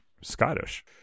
Scottish